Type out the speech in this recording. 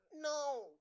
No